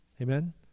Amen